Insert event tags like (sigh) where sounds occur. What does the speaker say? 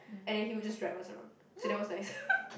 and then he would just drive us around so that was nice (laughs)